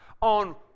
on